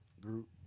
Group